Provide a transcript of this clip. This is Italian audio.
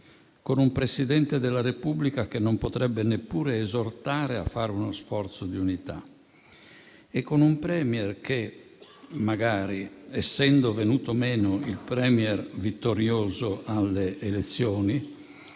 Con un Presidente della Repubblica che non potrebbe neppure esortare a fare uno sforzo di unità e con un *Premier* che magari, essendo venuto meno il *Premier* vittorioso alle elezioni,